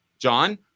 john